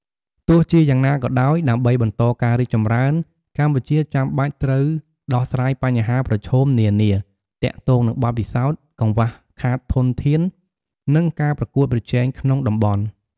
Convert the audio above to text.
ទោះជាយ៉ាងណាក៏ដោយ ដើម្បីបន្តការរីកចម្រើន កម្ពុជាចាំបាច់ត្រូវដោះស្រាយបញ្ហាប្រឈមនានា ទាក់ទងនឹងបទពិសោធន៍ កង្វះខាតធនធាន និងការប្រកួតប្រជែងក្នុងតំបន់។